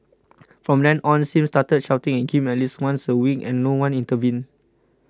from then on Sim started shouting at him at least once a week and no one intervened